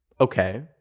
Okay